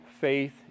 faith